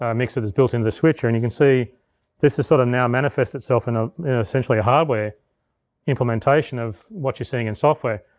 ah mixer that's built into the switcher, and you can see this has sort of now manifested itself in ah essentially a hardware implementation of what you're seeing in software.